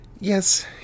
yes